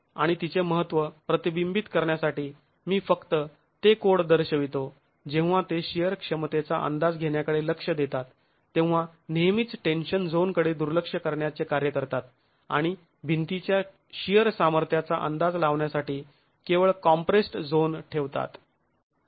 आणि तिचे महत्त्व प्रतिबिंबित करण्यासाठी मी फक्त ते कोड दर्शवितो जेव्हा ते शिअर क्षमतेचा अंदाज घेण्याकडे लक्ष देतात तेव्हा नेहमीच टेन्शन झोन कडे दुर्लक्ष करण्याचे कार्य करतात आणि भिंतीच्या शिअर सामर्थ्याचा अंदाज लावण्यासाठी केवळ कॉम्प्रेस्ड् झोन ठेवतात